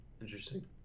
Interesting